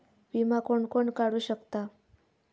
विमा कोण कोण काढू शकता?